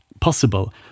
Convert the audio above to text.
possible